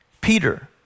Peter